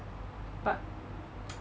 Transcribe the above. but